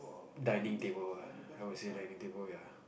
dinning table I will say dinning table ya